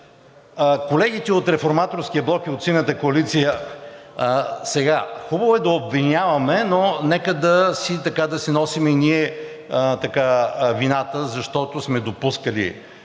Колеги от Реформаторския блок и от Синята коалиция, хубаво е да обвиняваме, но нека и ние да си носим вината, защото сме допускали тези